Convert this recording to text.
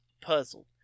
puzzled